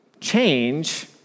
change